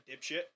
dipshit